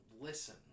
listen